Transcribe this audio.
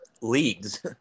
leagues